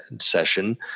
session